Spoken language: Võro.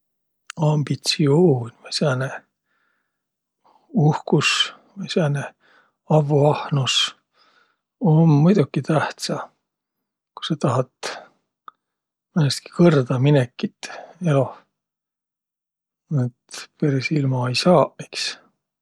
Ambitsiuun vai sääne, uhkus vai sääne, avvuahnus om muidoki tähtsä, ku sa tahat määnestki kõrdaminekit eloh. Et peris ilma ei saaq iks.